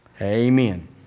Amen